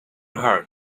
heart